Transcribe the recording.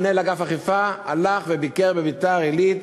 מנהל אגף אכיפה הלך וביקר בביתר-עילית,